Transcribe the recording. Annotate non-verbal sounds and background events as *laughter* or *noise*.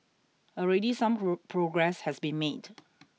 already some *unintelligible* progress has been made